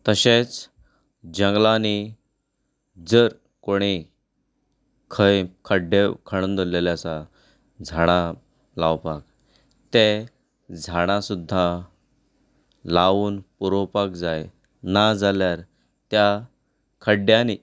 तशेंच जंगलांनी जर कोणूय खंय खड्डे खणून दवरिल्ले आसात झाडां लावपाक ते झाडां सुद्दा लावून पुरोवपाक जाय ना जाल्यार त्या खड्डयांनी